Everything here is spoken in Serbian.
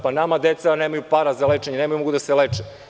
Nama deca nemaju para za lečenje, ne mogu da se leče.